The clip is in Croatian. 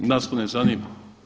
Nas to ne zanima.